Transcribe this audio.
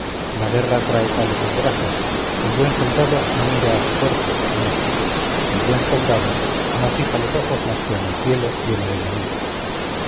la guerra trae tales desgracias el buen soldado no mira a su cuerpo señores el bueno soldado no fija los ojos más que en el cielo y en el enemigo